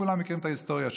כולם מכירים את ההיסטוריה שלו.